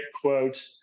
quote